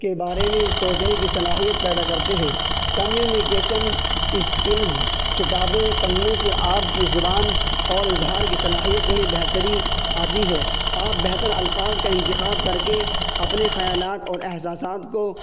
کے بارے میں سوچنے کی صلاحیت پیدا کرتے ہیں کمیونیکیشن اسکلز کتابیں پرھنے سے آپ کی زبان اور اظہار کی صلاحیت میں بہتری آتی ہے آپ بہتر الفاظ کا انتخاب کر کے اپنے خیالات اور احساسات کو